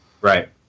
Right